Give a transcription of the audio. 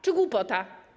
Czy głupota?